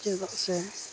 ᱪᱮᱫᱟᱜ ᱥᱮ